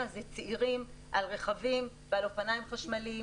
זה צעירים על רכבים ועל אופניים חשמליים,